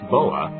Boa